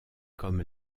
comme